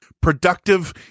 productive